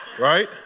Right